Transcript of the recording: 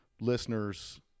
listeners